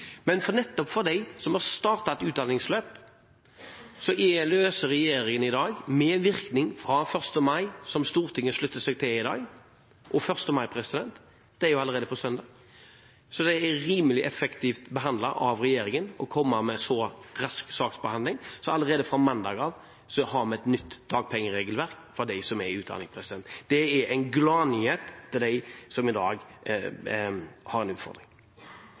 Men nettopp for dem som har startet et utdanningsløp, løser regjeringen det, med virkning fra 1. mai, noe Stortinget slutter seg til i dag. Og 1. mai er jo allerede på søndag, så det er rimelig effektivt av regjeringen å komme med så rask saksbehandling. Allerede fra mandag av har vi et nytt dagpengeregelverk for dem som er under utdanning. Det er en gladnyhet for dem som i dag har en utfordring.